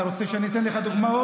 אתה רוצה שאני אתן לך דוגמאות?